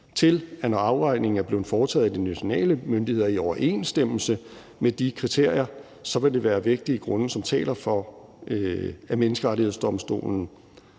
til, at når afvejningen er blevet foretaget af de nationale myndigheder i overensstemmelse med de kriterier, vil der være vægtige grunde for, at Menneskerettighedsdomstolen